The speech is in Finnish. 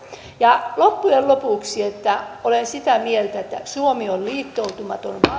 ja loppujen lopuksi olen sitä mieltä että suomi on liittoutumaton